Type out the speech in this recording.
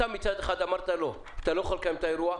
מצד אחד אמרת לו: אתה לא יכול לקיים את האירוע.